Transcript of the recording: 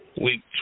Week